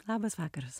labas vakaras